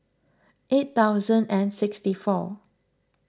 eight thousand and sixty four